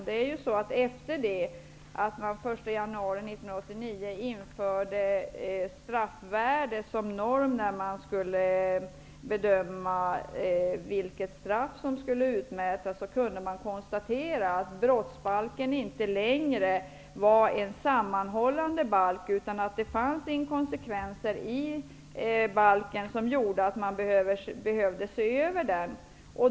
Den 1 januari 1989 infördes straffvärde som norm vid bedömningen av vilket straff som skulle utmätas, och därefter konstaterades att brottsbalken inte längre var en sammanhållande balk utan att där fanns inkonsekvenser, varför den borde ses över.